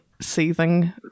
seething